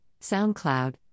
SoundCloud